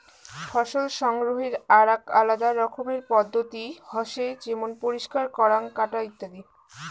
ফসল সংগ্রহনের আরাক আলাদা রকমের পদ্ধতি হসে যেমন পরিষ্কার করাঙ, কাটা ইত্যাদি